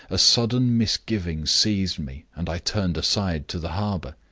a sudden misgiving seized me, and i turned aside to the harbor.